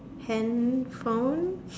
handphone